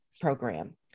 program